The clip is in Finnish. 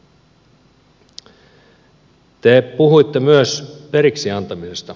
te puhuitte myös periksi antamisesta